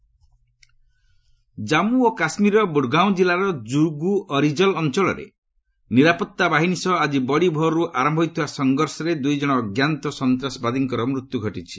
JK gunfight Jammu ଓ କାଶ୍ମୀରରେ ବୁଡ୍ଗାଓଁ ଜିଲ୍ଲାର ଯୁଗୁ ଅରିଜଲ୍ ଅଞ୍ଚଳରେ ନିରାପତ୍ତା ବାହିନୀ ସହ ଆଜି ବଡ଼ିଭୋର୍ତ ଆରମ୍ଭ ହୋଇଥିବା ସଂଘର୍ଷରେ ଦୂଇ ଜଣ ଅଜ୍ଞାତ ସନ୍ତାସବାଦୀଙ୍କର ମୃତ୍ୟୁ ଘଟିଛି